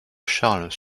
charles